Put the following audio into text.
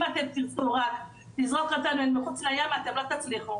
אם אתם תעשו רק לזרוק אותנו אל מחוץ לים אתם לא תצליחו,